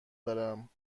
دارم